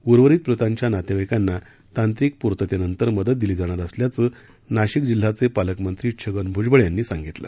उर्वरित मृतांच्या नातेवाईकांना तांत्रिक पूर्ततेनंतर मदत दिली जाणार असल्याचं नाशिक जिल्ह्याचे पालकमंत्री छगन भ्जबळ यांनी सांगितलं